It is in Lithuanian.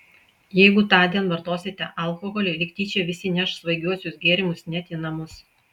jeigu tądien vartosite alkoholį lyg tyčia visi neš svaigiuosius gėrimus net į namus